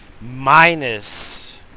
Minus